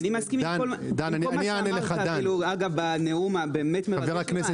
אני מסכים עם כל מה שאמרת בנאום המרגש שלך.